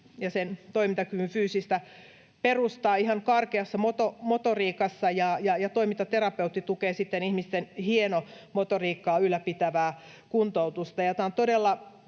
ja sen toimintakyvyn fyysistä perustaa ihan karkeassa motoriikassa, ja toimintaterapeutti tukee sitten ihmisten hienomotoriikkaa ylläpitävää kuntoutusta.